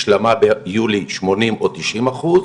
השלמה ביוני שמונים או תשעים אחוז,